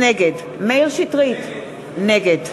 נגד מאיר שטרית, נגד